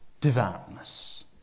devoutness